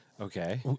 Okay